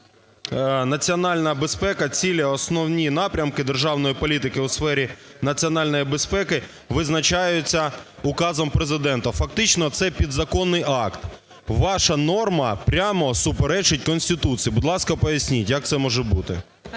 "національна безпека, цілі, основні напрямки державної політики у сфері національної безпеки визначаються указом Президента". Фактично це підзаконний акт. Ваша норма прямо суперечить Конституції. Будь ласка, поясніть, як це може бути?